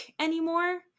anymore